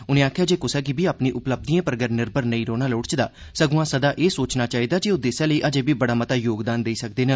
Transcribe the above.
उनें आखेआ जे कुसा गी बी अपनी उपलब्धिएं पर गै निर्भर नेईं रौह्ना चाहिदा सगुआं सदा एह् सोचना चाहिदा जे ओह् देसै लेई अजें बी बड़ा मता योगदान देई सकदे न